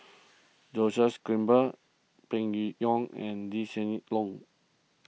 Joses Grimberg Peng Yuyun and Lee Hsien Loong